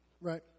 right